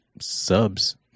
subs